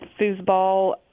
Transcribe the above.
foosball